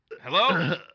Hello